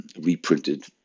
reprinted